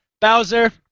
Bowser